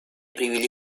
привели